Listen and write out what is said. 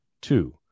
Two